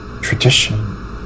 Tradition